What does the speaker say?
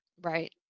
right